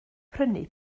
prynu